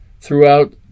throughout